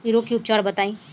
इ रोग के उपचार बताई?